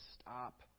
stop